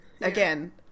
Again